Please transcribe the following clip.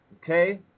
Okay